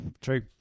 True